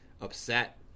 upset